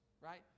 right